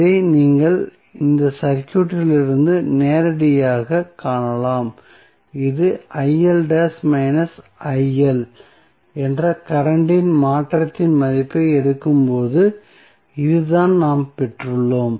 இதை நீங்கள் இந்த சர்க்யூட்டிலிருந்து நேரடியாகக் காணலாம் இது என்ற கரண்ட் இன் மாற்றத்தின் மதிப்பை எடுக்கும்போது இதுதான் நாம் பெற்றுள்ளோம்